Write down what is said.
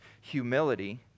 humility